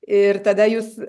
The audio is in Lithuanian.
ir tada jūs